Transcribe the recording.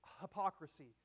hypocrisy